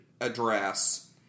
address